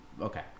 Okay